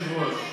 מופז.